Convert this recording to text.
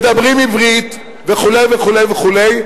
מדברים עברית וכו' וכו' וכו'.